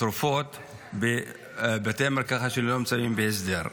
תרופות בבתי מרקחת שלא נמצאים בהסדר.